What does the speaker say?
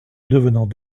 devenant